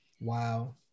Wow